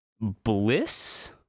bliss